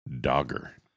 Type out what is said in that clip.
Dogger